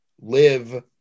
live